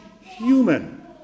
human